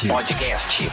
Podcast